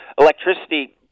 electricity